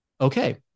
Okay